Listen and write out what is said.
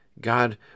God